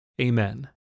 AMEN